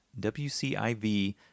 WCIV